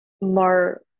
more